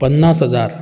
पन्नास हजार